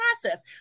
process